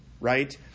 right